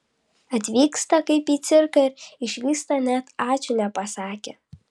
atvyksta kaip į cirką ir išvyksta net ačiū nepasakę